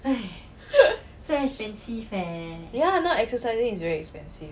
ya now exercising is very expensive